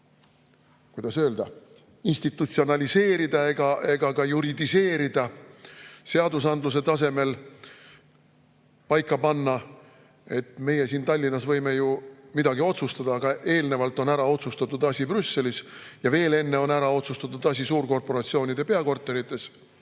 kuidas öelda, institutsionaliseerida ega ka juridiseerida, seadusandluse tasemel paika panna. Meie siin Tallinnas võime ju midagi otsustada, aga eelnevalt on asi ära otsustatud Brüsselis ja veel enne seda on asi ära otsustatud suurkorporatsioonide peakorterites.